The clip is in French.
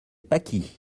pâquis